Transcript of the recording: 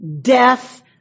death